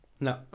No